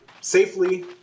safely